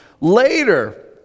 later